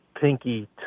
pinky